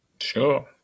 Sure